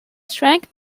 shrank